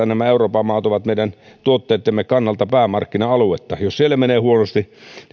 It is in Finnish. nämä euroopan maat ovat meidän tuotteittemme kannalta päämarkkina aluettamme jos siellä menee huonosti niin